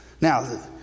Now